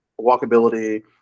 walkability